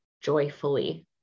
joyfully